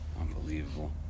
Unbelievable